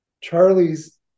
Charlie's